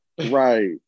right